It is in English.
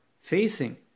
facing